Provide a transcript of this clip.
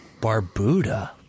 Barbuda